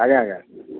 ଆଜ୍ଞା ଆଜ୍ଞା